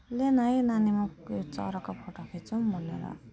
ले न है नानी म यो चराको फोटो खिचौँ भनेर